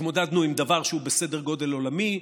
התמודדנו עם דבר שהוא בסדר גודל עולמי,